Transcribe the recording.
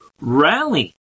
Rally